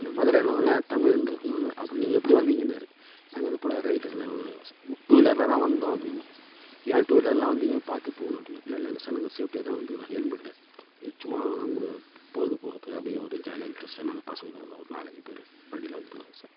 அந்த மதுரன்னோடன தமிழ் என்றதினால அப்போ நீங்கள் எப்படி வந்திங்கன்னார் நாங்கள் இது போல் ரைடரில் டூ வீலரில் தான் வந்தோம் அப்படின்னோம் ஏன் டூ வீலர்லல்லாம் வந்தீங்க பார்த்துப் போகணும் அப்படின்னு இல்லல்லை சார் நாங்கள் சேஃப்ட்டியாக தான் வந்துருக்குறேன் ஹெல்மெட்டு இது சும்மா உங்களை பொழுது போகிறத்துக்காக அப்படியே ஒரு ஜாலியாக இன்ட்ரெஸ்ட்டாக நாங்கள் பசங்களல்லாம் ஒரு நாலு அஞ்சு பேர் வண்டியில் வந்துருக்காங்க சார்